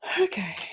okay